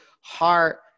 heart